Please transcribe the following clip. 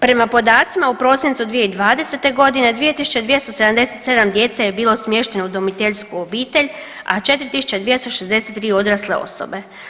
Prema podacima u prosincu 2020. godine 2277 djece je bilo smješteno u udomiteljsku obitelj, a 4263 odrasle osobe.